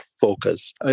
focus